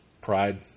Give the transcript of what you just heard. pride